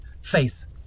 face